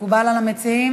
מקובל על המציעים?